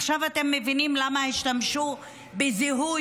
עכשיו אתם מבינים למה השתמשו בזיהוי